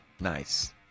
nice